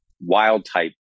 wild-type